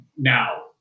Now